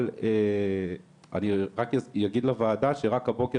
אבל אני רק אגיד לוועדה שרק הבוקר